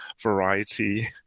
variety